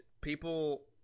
people